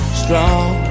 strong